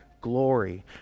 glory